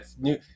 new